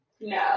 No